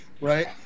right